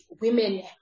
women